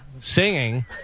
Singing